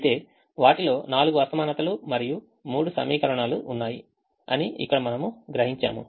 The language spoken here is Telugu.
అయితే వాటిలో 4 అసమానతలు మరియు 3 సమీకరణాలు ఉన్నాయి అని ఇక్కడ మనం గ్రహించాము